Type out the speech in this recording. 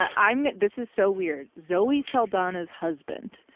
ah i'm this is so weird. zoe saldana's husband,